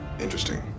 Interesting